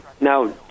Now